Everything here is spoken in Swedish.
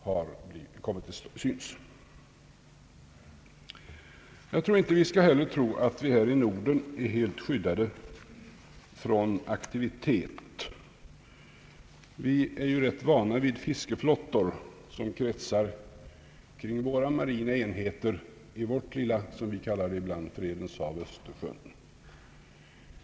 Man skall nog inte heller tro att vi här i Norden är helt skyddade från aktivitet av detta slag. Vi är ju rätt vana vid fiskeflottor som kretsar kring våra marina enheter i det lilla »fredens hav» som vi ibland kallar Östersjön.